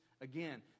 again